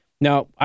Now